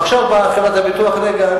ועכשיו באה חברת הביטוח ואומרת: רגע,